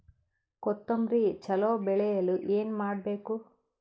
ಕೊತೊಂಬ್ರಿ ಚಲೋ ಬೆಳೆಯಲು ಏನ್ ಮಾಡ್ಬೇಕು?